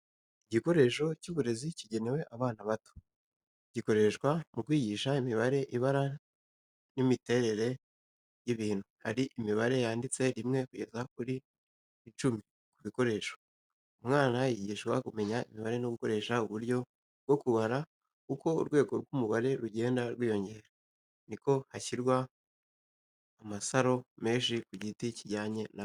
Igikoresho cy’uburezi kigenewe abana bato, gikoreshwa mu kwigisha imibare, ibara, n’imiterere y’ibintu. Hari imibare yanditse 1 kugeza kuri 10 ku bikoresho. umwana yigishwa kumenya imibare no gukoresha uburyo bwo kubara uko urwego rw’umubare rugenda rwiyongera, niko hashyirwa amasaro menshi ku giti kijyanye na wo.